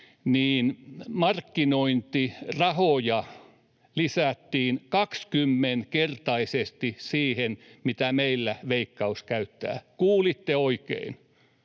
niin markkinointirahoja lisättiin 20-kertaisesti verrattuna siihen, mitä meillä Veikkaus käyttää — kuulitte oikein,